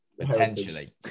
potentially